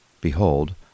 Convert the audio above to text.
Behold